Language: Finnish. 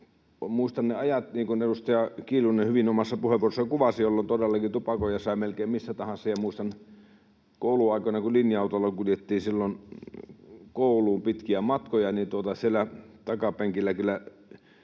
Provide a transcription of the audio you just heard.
Muistan ne ajat, niin kuin edustaja Kiljunen hyvin omassa puheenvuorossaan kuvasi, jolloin todellakin tupakoida sai melkein missä tahansa. Muistan kouluaikoina, kun linja-autolla kuljettiin silloin kouluun pitkiä matkoja, että siellä takapenkillä kyllä